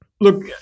look